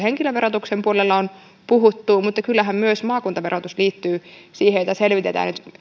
henkilöverotuksen puolella on puhuttu mutta kyllähän siihen liittyy myös maakuntaverotus jota selvitetään nyt